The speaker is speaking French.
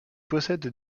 possède